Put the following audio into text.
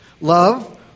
Love